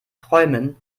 träumen